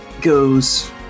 goes